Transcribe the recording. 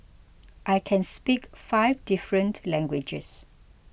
I can speak five different languages